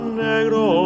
negro